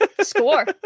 Score